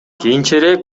кийинчерээк